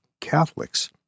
Catholics